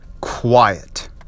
quiet